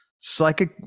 psychic